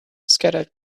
scattered